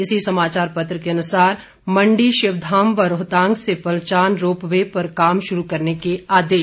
इसी समाचार पत्र के अनुसार मंडी शिवधाम व रोहतांग से पलचान रोप वे पर काम शुरू करने के आदेश